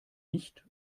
nicht